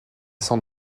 sans